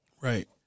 right